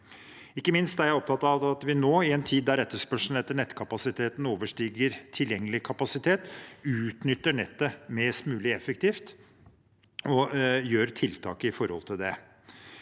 Ikke minst er jeg opptatt av at vi nå, i en tid da etterspørselen etter nettkapasitet overstiger tilgjengelig kapasitet, utnytter nettet mest mulig effektivt og gjør tiltak for det.